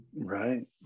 right